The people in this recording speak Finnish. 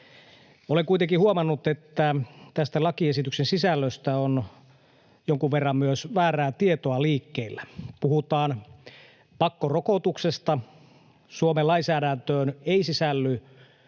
Olen kuitenkin huomannut, että tästä lakiesityksen sisällöstä on jonkun verran myös väärää tietoa liikkeellä. Puhutaan pakkorokotuksesta. Suomen lainsäädäntöön ei sisälly